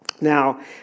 Now